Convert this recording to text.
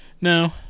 No